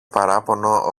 παράπονο